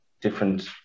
different